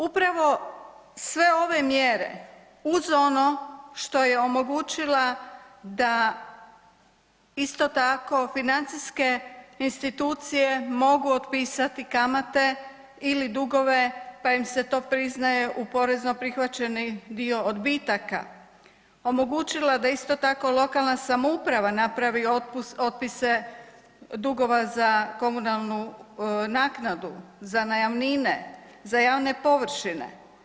Upravo sve ove mjere uz ono što je omogućila da isto tako financijske institucije mogu otpisati kamate ili dugove pa im se to priznaje u porezno prihvaćeni dio odbitaka, omogućila da isto tako lokalna samouprava napravi otpise dugova za komunalnu naknadu, za najamnine, za javne površine.